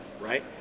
right